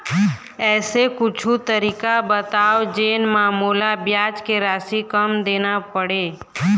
ऐसे कुछू तरीका बताव जोन म मोला ब्याज के राशि कम देना पड़े?